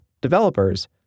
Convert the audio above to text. developers